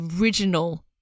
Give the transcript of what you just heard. original